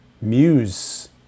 muse